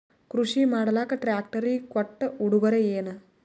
ಕೃಷಿ ಮಾಡಲಾಕ ಟ್ರಾಕ್ಟರಿ ಕೊಟ್ಟ ಉಡುಗೊರೆಯೇನ?